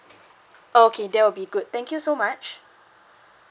okay that will be good thank you so much